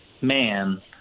man